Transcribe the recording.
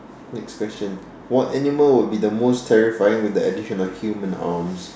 next question what animal will be the most terrifying with the addition of human arms